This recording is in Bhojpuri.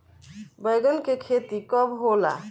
बैंगन के खेती कब होला?